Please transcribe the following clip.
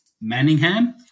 Manningham